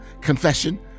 confession